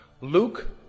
Luke